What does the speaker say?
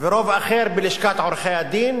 ורוב אחר בלשכת עורכי-הדין,